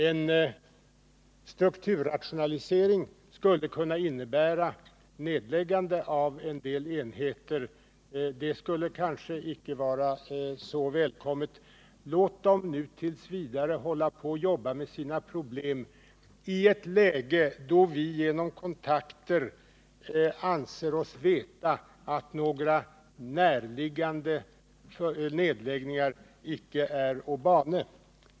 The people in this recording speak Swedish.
En strukturrationalisering skulle kunna innebära nedläggande av en del enheter, och det skulle kanske icke vara så välkommet. Låt dem nu t. v. hålla på och jobba med sina problem i ett läge då vi genom kontakter anser oss veta att några näraliggande nedläggningar icke är å bane.